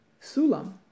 Sulam